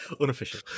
Unofficial